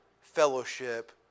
fellowship